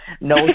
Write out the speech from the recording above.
no